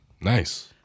Nice